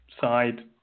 side